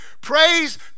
praise